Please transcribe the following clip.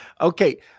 Okay